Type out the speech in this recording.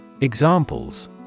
Examples